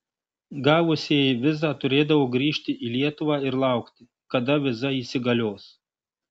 gavusieji vizą turėdavo grįžti į lietuvą ir laukti kada viza įsigalios